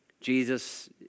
Jesus